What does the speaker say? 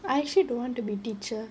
I actually don't want to be teacher